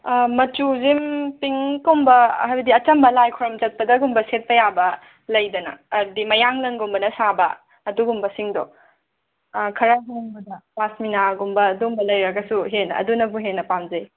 ꯃꯆꯨꯁꯦ ꯄꯤꯡꯛꯀꯨꯝꯕ ꯍꯥꯏꯕꯗꯤ ꯑꯆꯝꯕ ꯂꯥꯏ ꯈꯣꯏꯔꯝ ꯆꯠꯄꯗꯒꯨꯝꯕ ꯁꯦꯠꯄ ꯌꯥꯕ ꯂꯩꯗꯅ ꯑꯗꯤ ꯃꯌꯥꯡꯂꯪꯒꯨꯝꯕꯅ ꯁꯥꯕ ꯑꯗꯨꯒꯨꯝꯕꯁꯤꯡꯗꯣ ꯈꯔ ꯍꯣꯡꯕꯗ ꯄꯥꯁꯃꯤꯅꯥꯒꯨꯝꯕ ꯑꯗꯨꯒꯨꯝꯕ ꯂꯩꯔꯒꯁꯨ ꯍꯦꯟꯅ ꯑꯗꯨꯅꯕꯨ ꯍꯦꯟꯅ ꯄꯥꯝꯖꯩ